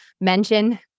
mention